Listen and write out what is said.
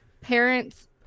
parents